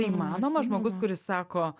įmanoma žmogus kuris sako